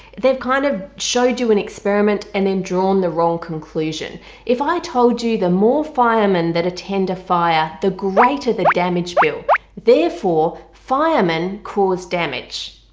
they've kind of showed you an experiment and then drawn the wrong conclusion if i told you the more firemen that attend a fire the greater the damage will therefore firemen damage!